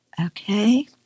Okay